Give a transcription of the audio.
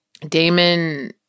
Damon